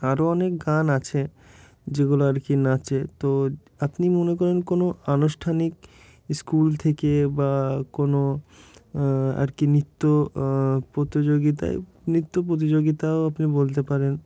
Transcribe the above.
আরও অনেক গান আছে যেগুলো আর কি নাচে তো আপনি মনে করেন কোনো আনুষ্ঠানিক স্কুল থেকে বা কোনো আর কি নৃত্য প্রতিযোগিতায় নৃত্য প্রতিযোগিতাও আপনি বলতে পারেন